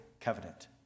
covenant